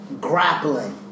grappling